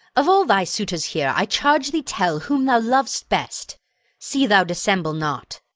of all thy suitors here i charge thee tell whom thou lov'st best see thou dissemble not.